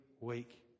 week